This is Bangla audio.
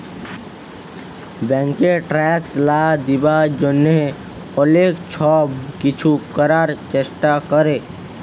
ব্যাংকে ট্যাক্স লা দিবার জ্যনহে অলেক ছব কিছু ক্যরার চেষ্টা ক্যরে